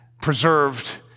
preserved